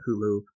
Hulu